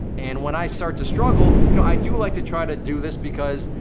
and when i start to struggle, you know, i do like to try to do this because,